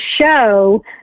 show